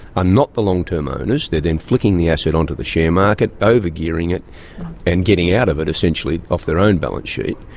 are not the long-term owners, they're then flicking the asset onto the share market, over-gearing it and getting out of it, essentially, off their own balance sheet.